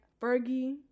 Fergie